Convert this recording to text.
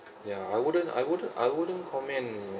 ya I wouldn't I wouldn't I wouldn't comment